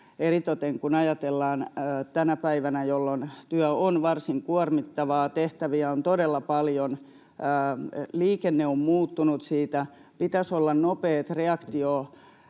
eritoten kun ajatellaan tänä päivänä, jolloin työ on varsin kuormittavaa, tehtäviä on todella paljon, liikenne on muuttunut, pitäisi olla nopea reaktiokyky